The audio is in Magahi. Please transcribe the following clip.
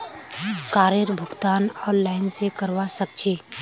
कारेर भुगतान ऑनलाइन स करवा सक छी